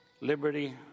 liberty